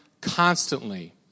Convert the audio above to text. constantly